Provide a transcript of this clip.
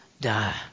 die